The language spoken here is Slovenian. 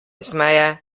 smeje